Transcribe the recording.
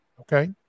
Okay